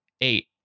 eight